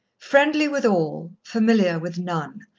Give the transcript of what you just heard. friendly with all, familiar with none,